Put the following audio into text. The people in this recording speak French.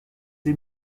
des